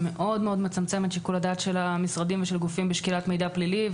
שמאוד מצמצם את שיקול הדעת של המשרדים ושל גופים בשקילת מידע פלילי.